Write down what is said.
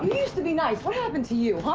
used to be nice. what happened to you?